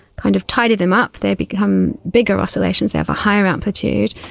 kind of tidy them up, they become bigger oscillations, they have a higher amplitude,